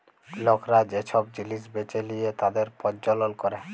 লকরা যে সব জিলিস বেঁচে লিয়ে তাদের প্রজ্বলল ক্যরে